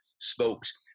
spokes